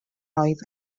oedd